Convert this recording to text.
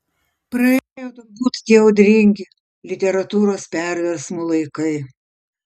praėjo turbūt tie audringi literatūros perversmų laikai